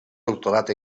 doctorat